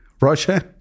Russia